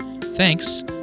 Thanks